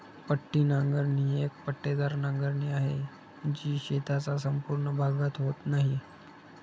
पट्टी नांगरणी ही एक पट्टेदार नांगरणी आहे, जी शेताचा संपूर्ण भागात होत नाही